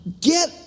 get